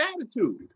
attitude